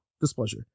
Displeasure